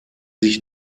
sich